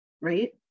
right